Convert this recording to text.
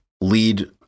lead